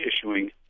issuing